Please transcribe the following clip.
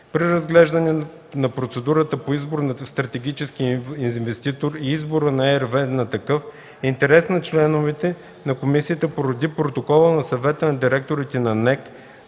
При разглеждане на процедурата по избор на стратегически инвеститор и избора на RWE за такъв, интерес за членовете на комисията породи протокола на Съвета на директорите на НЕК